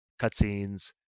cutscenes